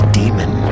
demon